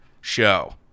show